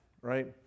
right